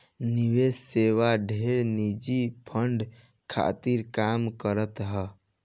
निवेश सेवा ढेर निजी फंड खातिर काम करत हअ